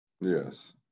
yes